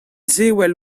sevel